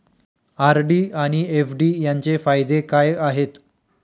RD आणि FD यांचे फायदे काय आहेत?